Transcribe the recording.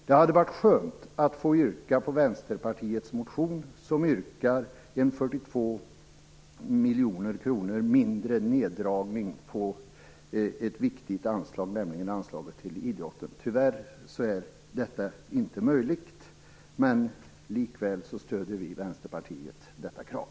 Det hade varit skönt att få yrka bifall till Vänsterpartiets motion, där vi yrkar på en 42 miljoner kronor mindre neddragning på ett viktigt anslag, nämligen anslaget till idrotten. Tyvärr är detta inte möjligt. Likväl stöder vi i Vänsterpartiet detta krav.